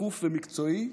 שקוף ומקצועי,